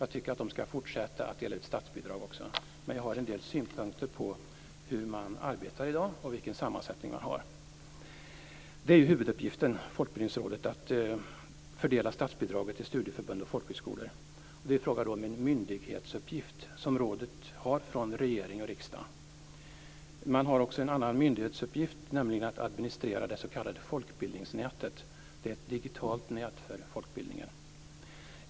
Jag tycker också att det skall fortsätta att dela ut statsbidrag, men jag har en del synpunkter på hur man där arbetar i dag och vilken sammansättning rådet har. Huvuduppgiften för Folkbildningsrådet är att fördela statsbidraget till studieförbund och folkhögskolor. Det är fråga om en myndighetsuppgift som tilldelats rådet av regering och riksdag. Det har också en annan myndighetsuppgift, nämligen att administrera det s.k. folkbildningsnätet, ett digitalt nät för folkbildningen.